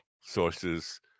sources